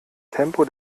tempo